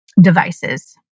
devices